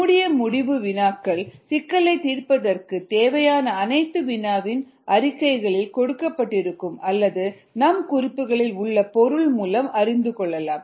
மூடிய முடிவு வினாக்களில் சிக்கலைத் தீர்ப்பதற்குத் தேவையான அனைத்தும் வினாவின் அறிக்கையில் கொடுக்கப்பட்டிருக்கும் அல்லது நம் குறிப்புகளில் உள்ள பொருள் மூலம் அறிந்து கொள்ளலாம்